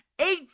Eight